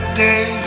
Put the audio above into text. day